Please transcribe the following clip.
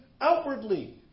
outwardly